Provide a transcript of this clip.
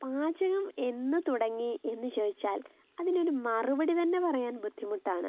പാചകം എന്ന് തുടങ്ങി എന്ന് ചോദിച്ചാൽ അതിനൊരു മറുപടി തന്നെ പറയാൻ ബുദ്ധിമുട്ടാണ്